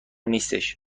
نیستش